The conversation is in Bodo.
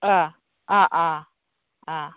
अ अ अ अ